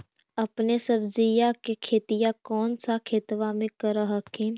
अपने सब्जिया के खेतिया कौन सा खेतबा मे कर हखिन?